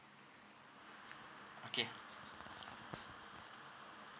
okay